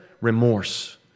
Remorse